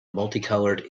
multicolored